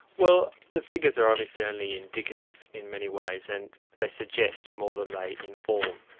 well, the figures are obviously only indicative in many ways, and they suggest more than they inform,